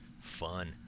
fun